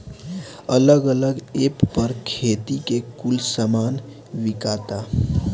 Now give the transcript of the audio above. अलग अलग ऐप पर खेती के कुल सामान बिकाता